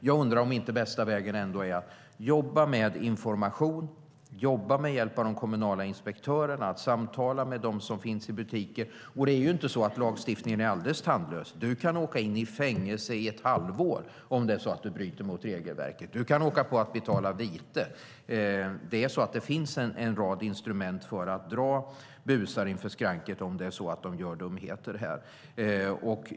Jag undrar om den bästa vägen ändå inte är att jobba med information, jobba med hjälp av de kommunala inspektörerna och samtala med dem som finns i butiker. Lagstiftningen är inte alldeles tandlös. Man kan åka in i fängelse i ett halvår om man bryter mot regelverket. Man kan åka på att betala vite. Det finns en rad instrument för att dra busar inför skranket om de gör dumheter.